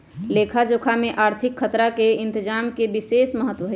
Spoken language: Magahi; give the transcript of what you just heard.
लेखा जोखा में आर्थिक खतरा के इतजाम के विशेष महत्व हइ